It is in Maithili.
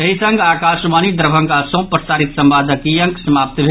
एहि संग आकाशवाणी दरभंगा सँ प्रसारित संवादक ई अंक समाप्त भेल